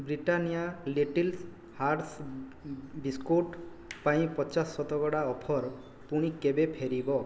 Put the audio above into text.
Britannia little hearts biscuit ପାଇଁ ପଚାଶ ଶତକଡ଼ା ଅଫର୍ ପୁଣି କେବେ ଫେରିବ